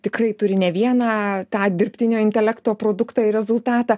tikrai turi ne vieną tą dirbtinio intelekto produktą ir rezultatą